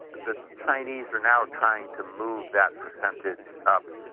the chinese are now trying to move that percentage up,